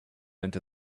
into